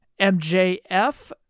MJF